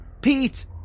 Pete